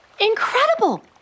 Incredible